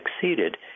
succeeded